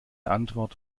antwort